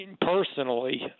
personally